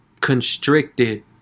constricted